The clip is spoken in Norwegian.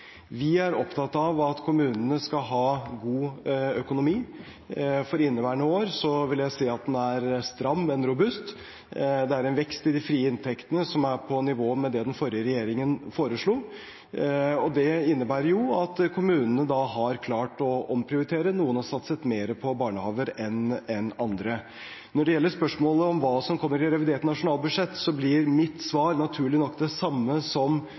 Vi er opptatt av at kommunene skal ha god økonomi. For inneværende år vil jeg si at den er stram, men robust. Det er en vekst i de frie inntektene som er på nivå med det den forrige regjeringen foreslo, og det innebærer jo at kommunene har klart å omprioritere. Noen har satset mer på barnehager enn andre. Når det gjelder spørsmålet om hva som kommer i revidert nasjonalbudsjett, blir mitt svar naturlig nok det samme som